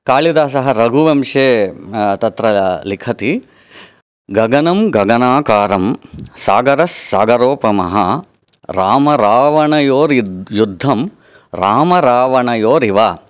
कालिदसः रघुवंशे तत्र लिखति गगनं गगनाकारं सागरस्सागरोपमा रामरावणयोर्युद्ध युद्धं रामरावणयोरिव